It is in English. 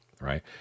right